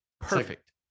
perfect